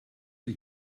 ich